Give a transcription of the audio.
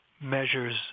measures